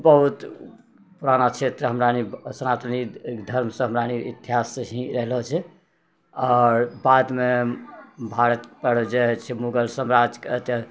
बहुत पुराना क्षेत्र हमरानी सनातनी धर्मसँ हमराएनी इतिहाससँ ही ऐलो छै आओर बादमे भारतपर जे छै मुगल सम्राज्यके अते